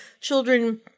children –